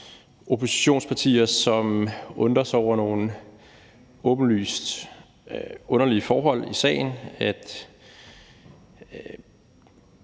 oppositionspartier, som undrer sig over nogle åbenlyst underlige forhold i sagen,